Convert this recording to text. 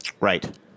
Right